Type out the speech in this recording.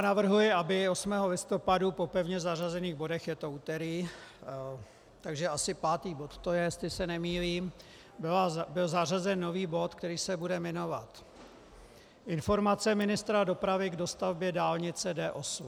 Navrhuji, aby 8. listopadu po pevně zařazených bodech, je to úterý, takže asi pátý bod to je, jestli se nemýlím, byl zařazen nový bod, který se bude jmenovat Informace ministra dopravy k dostavbě dálnice D8.